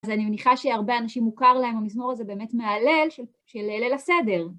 אז אני מניחה שהרבה אנשים מוכר להם המזמור הזה באמת מההלל של ליל הסדר.